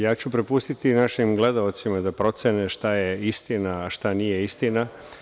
Ja ću prepustiti našim gledaocima da procene šta je istina, a šta nije istina.